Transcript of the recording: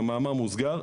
במאמר מוסגר,